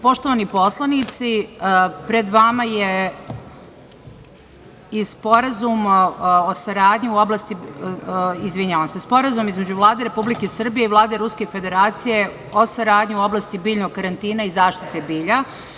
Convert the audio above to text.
Poštovani poslanici, pred vama je i Sporazum o saradnji u oblasti, izvinjavam se, Sporazum između Vlade Republike Srbije i Vlade Ruske Federacije o saradnji u oblasti biljnog karantina i zaštite bilja.